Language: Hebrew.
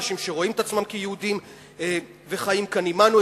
אנשים שרואים את עצמם יהודים וחיים כאן עמנו,